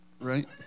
Right